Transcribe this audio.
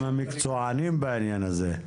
הם המקצוענים בעניין הזה,